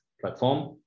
platform